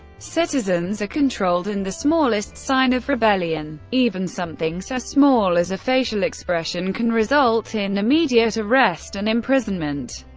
citizens are controlled, and the smallest sign of rebellion, even something so small as a facial expression, can result in immediate arrest and imprisonment.